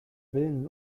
willen